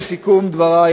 לסיכום דברי,